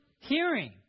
hearing